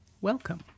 welcome